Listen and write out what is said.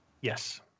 Yes